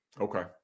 Okay